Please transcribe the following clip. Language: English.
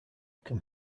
can